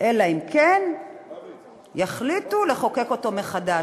אלא אם כן יחליטו לחוקק אותו מחדש.